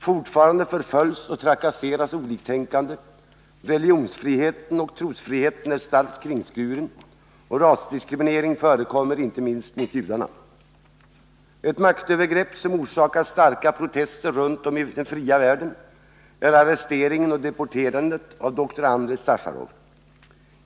Fortfarande förföljs och trakasseras oliktänkande, religionsoch trosfriheten är starkt kringskuren och rasdiskriminering förekommer inte minst mot judarna. Ett maktövergrepp som orsakat starka protester runt om i den fria världen är arresteringen och deporterandet av doktor Andrei Sacharov.